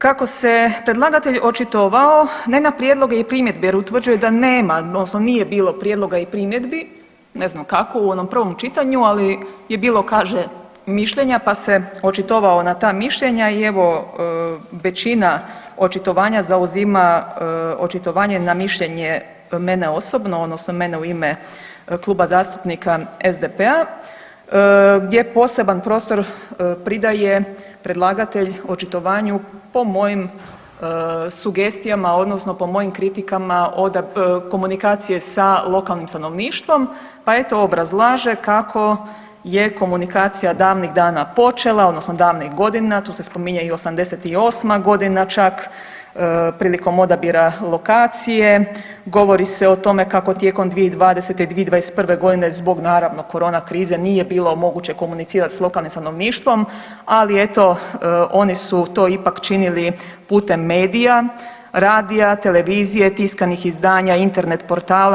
Kako se predlagatelj očitovao ne na prijedloge i primjedbe jer utvrđuje da nema odnosno nije bilo prijedloga i primjedbi ne znam kako u onom prvom čitanju, ali je bilo kaže mišljenja pa se je očitovao na ta mišljenja i evo većina očitovanja zauzima očitovanje na mišljenje mene osobno odnosno mene u ime Kluba zastupnika SDP-a gdje poseban prostor pridaje predlagatelj očitovanju po mojim sugestijama odnosno po mojim kritikama komunikacije sa lokalnim stanovništvom pa eto obrazlaže kako je komunikacija davnih dana počela odnosno davnih godina, tu se spominje i '88. godina čak prilikom odabira lokacije, govori se o tome kako tijekom 2020., 2021. godine zbog naravno korona krize nije bilo moguće komunicirati s lokalnim stanovništvom, ali eto oni su to ipak činili putem medija, radija, televizije, tiskanih izdanja, Internet portala.